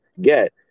get